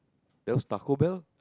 that was Taco-Bell